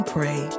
Pray